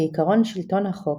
כי "עקרון שלטון החוק,